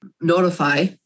notify